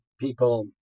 people